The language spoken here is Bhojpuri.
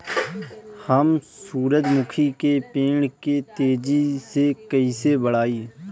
हम सुरुजमुखी के पेड़ के तेजी से कईसे बढ़ाई?